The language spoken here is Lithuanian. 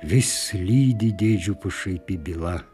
vis lydi dėdžių pašaipi byla